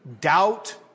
doubt